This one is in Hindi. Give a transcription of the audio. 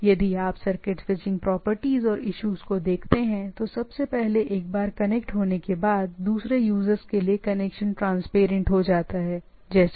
इसलिए यदि आप स्विचिंग सर्किट स्विचिंग प्रॉपर्टीज और इश्यूज को देखते हैं तो सबसे पहले एक बार कनेक्ट होने के बाद यह किसी प्रकार का ट्रांसपेरेंट हो जाता है राइट